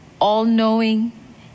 all-knowing